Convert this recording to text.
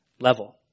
level